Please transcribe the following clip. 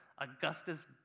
Augustus